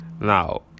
now